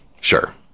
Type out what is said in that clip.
sure